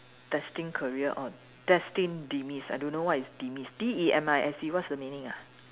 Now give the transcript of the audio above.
destined career or destined demise I don't know what is demise D E M I S E what's the meaning ah